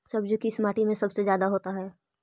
सब्जी किस माटी में सबसे ज्यादा होता है?